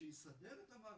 שיסדר את המערכת,